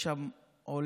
יש שם עולה